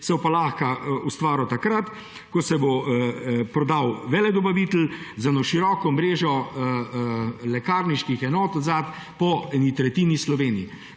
se bo pa lahko ustvaril takrat, ko se bo prodal veledobavitelj z eno široko mrežo lekarniških enot od zadaj po eni tretjini Slovenije.